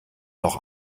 noch